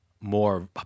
more